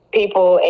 people